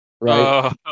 right